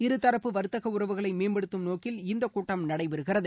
இருதரப்பு வர்த்தக உறவுகளை மேம்படுத்தும் நோக்கில் இந்த கூட்டம் நடைபெறுகிறது